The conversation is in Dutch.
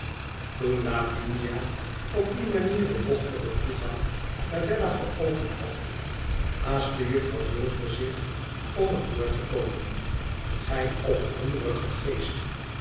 lavinia op die manier dien bochtigen toegang naar bella geopend had haastte juffrouw wilfer zich om er door te komen gij oproerige geest